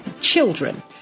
children